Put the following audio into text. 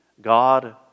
God